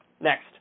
Next